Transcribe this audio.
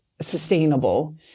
sustainable